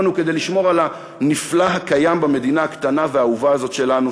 בחרו בנו כדי לשמור על הנפלא הקיים במדינה הקטנה והאהובה הזאת שלנו,